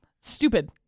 Stupid